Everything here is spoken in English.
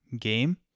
game